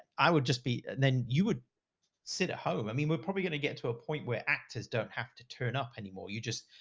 i would just be, then you would sit at home. i mean, we're probably going to get to a point where actors don't have to turn up anymore. you just,